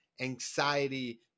anxiety